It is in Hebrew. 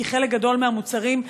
כי חלק גדול מהמוצרים,